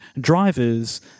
drivers